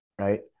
right